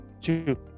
two